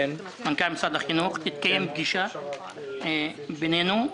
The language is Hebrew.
תתקיים פגישה בינינו,